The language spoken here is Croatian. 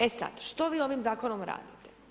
E sad, što vi ovim Zakonom radite?